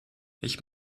ich